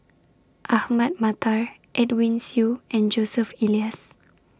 Ahmad Mattar Edwin Siew and Joseph Elias